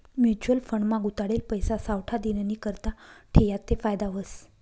mutual fund मा गुताडेल पैसा सावठा दिननीकरता ठियात ते फायदा व्हस